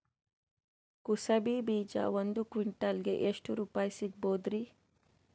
ಕುಸಬಿ ಬೀಜ ಒಂದ್ ಕ್ವಿಂಟಾಲ್ ಗೆ ಎಷ್ಟುರುಪಾಯಿ ಸಿಗಬಹುದುರೀ?